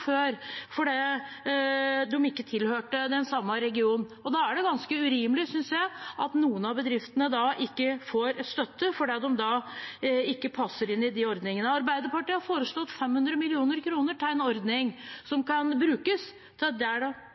før fordi de ikke tilhører den samme regionen. Da er det ganske urimelig, synes jeg, at noen av bedriftene ikke får støtte fordi de ikke passer inn i de ordningene. Arbeiderpartiet har foreslått 500 mill. kr til en ordning som kan brukes